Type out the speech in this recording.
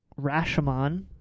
Rashomon